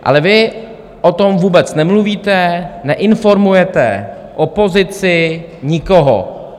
Ale vy o tom vůbec nemluvíte, neinformujete opozici, nikoho.